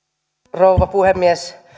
rouva puhemies